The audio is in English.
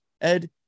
Ed